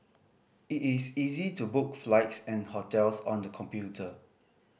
it is easy to book flights and hotels on the computer